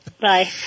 Bye